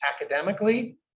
academically